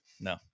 no